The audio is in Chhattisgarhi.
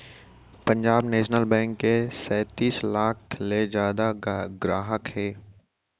पंजाब नेसनल बेंक के सैतीस लाख ले जादा गराहक हे